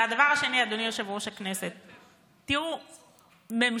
והדבר השני, אדוני יושב-ראש הכנסת: תראו, ממשלה,